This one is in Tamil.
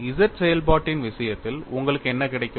Z செயல்பாட்டின் விஷயத்தில் உங்களுக்கு என்ன கிடைக்கும்